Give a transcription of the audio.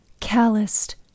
calloused